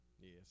Yes